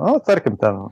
nu tarkim ten